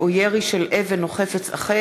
בבקשה.